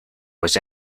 was